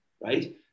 right